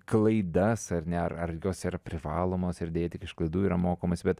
klaidas ar ne ar jos yra privalomos ir deja tik iš klaidų yra mokomasi bet